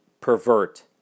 pervert